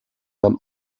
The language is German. dann